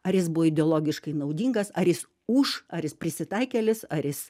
ar jis buvo ideologiškai naudingas ar jis už ar jis prisitaikėlis ar jis